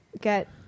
get